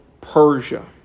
Persia